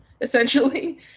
essentially